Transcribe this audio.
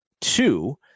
two